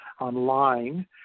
online